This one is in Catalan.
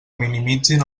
minimitzin